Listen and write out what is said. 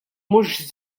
mhux